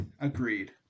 Agreed